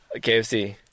KFC